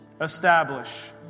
establish